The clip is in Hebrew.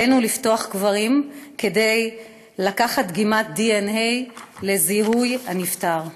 עלינו לפתוח קברים כדי לקחת דגימת דנ"א לזיהוי הנפטר.